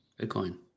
Bitcoin